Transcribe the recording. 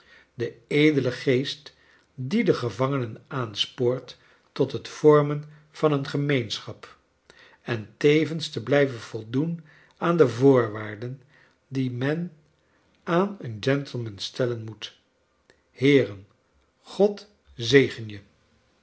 den edelen geest die de gevangenen aanspoort tot het vormen van een gemeenschap en t evens te blijven voldoen aan de voorwaarden die men aan een gentleman stellen moet heeren god zegen je